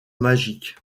magique